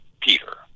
Peter